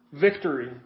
victory